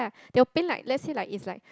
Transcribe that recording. they will paint like let's say like it's like